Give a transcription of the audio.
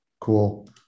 Cool